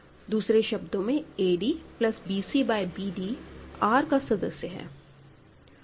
दूसरे शब्दों में ad plus bc by bd R का सदस्य है